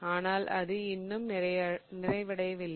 ஆனால் அது இன்னும் நிறைவடையவில்லை